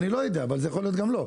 לא יודע, אבל זה יכול להיות גם לא.